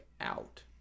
out